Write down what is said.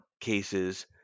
cases